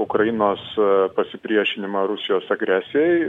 ukrainos pasipriešinimą rusijos agresijai